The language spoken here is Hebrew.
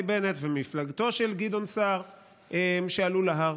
בנט וממפלגתו של גדעון סער שעלו להר.